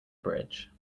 bridge